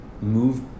move